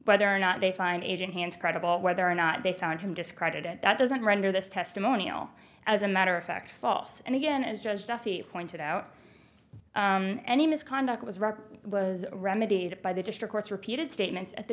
but they are not they find asian hands credible whether or not they found him discredited that doesn't render this testimonial as a matter of fact false and again as judge duffy pointed out any misconduct was was remedied by the district's repeated statements at the